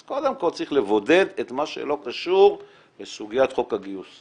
אז קודם כל צריך לבודד את מה שלא קשור לסוגיית חוק הגיוס.